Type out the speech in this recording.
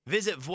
Visit